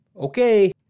okay